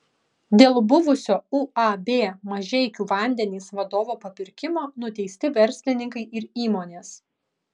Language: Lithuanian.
dėl buvusio uab mažeikių vandenys vadovo papirkimo nuteisti verslininkai ir įmonės